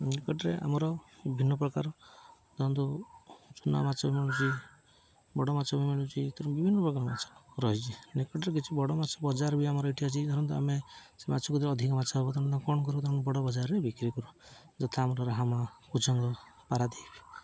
ନିକଟରେ ଆମର ବିଭିନ୍ନ ପ୍ରକାର ଧରନ୍ତୁ ଚୁନା ମାଛ ବି ମିଳୁଛି ବଡ଼ ମାଛ ବି ମିଳୁଛି ଏଥିରୁ ବିଭିନ୍ନ ପ୍ରକାର ମାଛ ରହିଚି ନିକଟରେ କିଛି ବଡ଼ ମାଛ ବଜାର ବି ଆମର ଏଠି ଅଛି ଧରନ୍ତୁ ଆମେ ସେ ମାଛକୁ ଯଦି ଅଧିକ ମାଛ ହବ କ'ଣ କରିବୁ ତ ଆମେ ବଡ଼ ବଜାରରେ ବିକ୍ରି କରୁ ଯଥା ଆମର ରାମ କୁଜଙ୍ଗ ପାରାଦ୍ୱୀପ